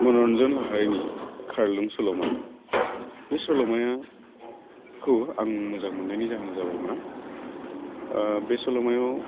मन'रन्जन लाहारिनि खारलुं सल'मा बे सल'मायाखौ आं मोजां मोन्नायनि जाहोना जाबाय मा बे सल'मायाव